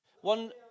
One